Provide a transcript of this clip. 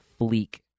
fleek